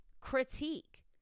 critique